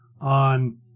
on